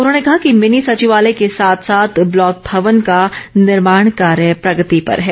उन्होंने कहा कि मिनी सविचालय के साथ साथ ब्लॉक भवन का निर्माण कार्य प्रगति पर है